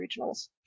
regionals